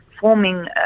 forming